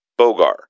Bogar